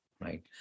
right